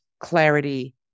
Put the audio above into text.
clarity